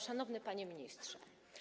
Szanowny Panie Ministrze!